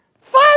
Five